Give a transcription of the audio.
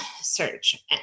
search